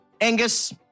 Angus